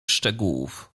szczegółów